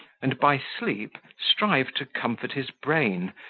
and by sleep strive to comfort his brain,